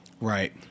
Right